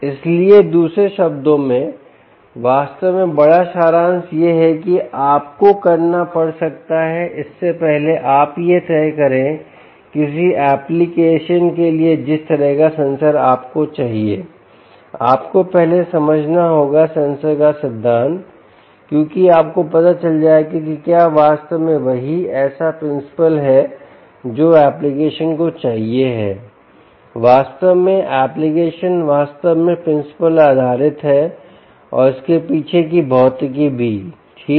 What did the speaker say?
इसलिए दूसरे शब्दों में वास्तव में बड़ा सारांश यह है कि आपको करना पड़ सकता है इससे पहले आप यह तय करे किसी एप्लिकेशन के लिए जिस तरह का सेंसर आपको चाहिए आपको पहले समझना होगा सेंसर का सिद्धांत क्योंकि आपको पता चल जाएगा कि क्या वास्तव में वही ऐसा प्रिंसिपल है जो एप्लीकेशन को चाहिए है वास्तव में एप्लीकेशन वास्तव में प्रिंसिपल पर आधारित है और इसके पीछे की भौतिकी भी ठीक